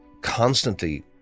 constantly